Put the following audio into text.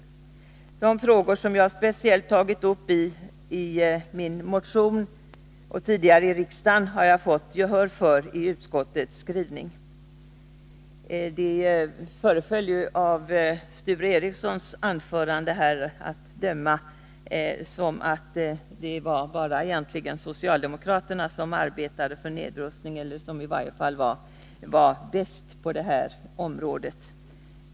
När det gäller de frågor som jag speciellt har tagit upp i min motion och tidigare i riksdagen har jag i utskottets skrivning fått gehör för mina synpunkter. Av Sture Ericsons anförande att döma är det egentligen bara socialdemokraterna som arbetat för nedrustning — de skulle i varje fall vara bäst på detta område.